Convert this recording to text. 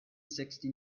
sixty